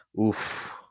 Oof